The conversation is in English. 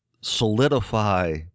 solidify